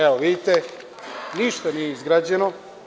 Evo, vidite, ništa nije izgrađeno.